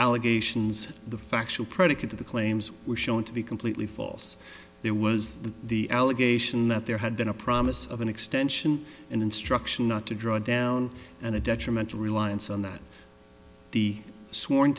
allegations the factual predicate of the claims were shown to be completely false there was the allegation that there had been a promise of an extension an instruction not to draw down and a detrimental reliance on that the sworn